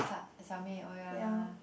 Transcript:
小妹 oh ya